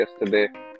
yesterday